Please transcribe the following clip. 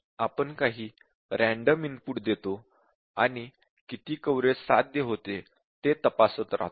आपण काही random input देतो आणि किती कव्हरेज साध्य होते ते तपासत राहतो